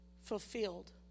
fulfilled